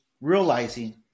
realizing